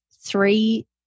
three